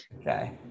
Okay